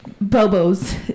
Bobo's